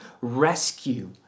rescue